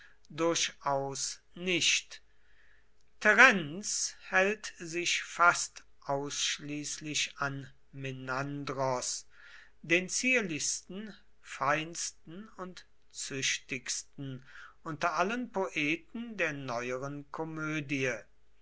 durchaus nicht terenz hält sich fast ausschließlich an menandros den zierlichsten feinsten und züchtigsten unter allen poeten der neueren komödie